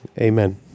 Amen